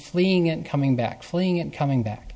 fleeing and coming back fleeing and coming back